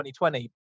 2020